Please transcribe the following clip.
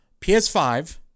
PS5